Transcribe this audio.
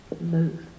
Move